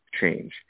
change